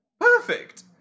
Perfect